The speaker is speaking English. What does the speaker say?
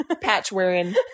patch-wearing